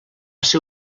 ser